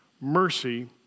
mercy